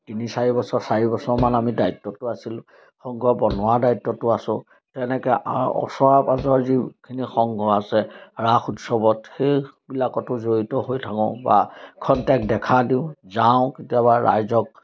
তিনি চাৰি বছৰ চাৰি বছৰমান আমি দায়িত্বটো আছিলোঁ সংঘ বনোৱা দায়িত্বটো আছোঁ তেনেকে ওচৰ পাঁজৰৰ যিখিনি সংঘ আছে ৰাস উৎসৱত সেইবিলাকতো জড়িত হৈ থাকোঁ বা খন্তেক দেখা দিওঁ যাওঁ কেতিয়াবা ৰাইজক